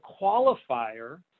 qualifier